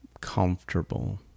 comfortable